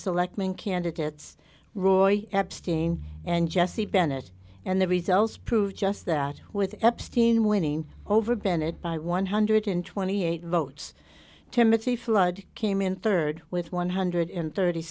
selecting candidates roy epstein and jesse bennett and the results prove just that with epstein winning over bennett by one hundred and twenty eight votes timothy flood came in rd with one hundred in thirty